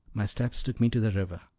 my steps took me to the river.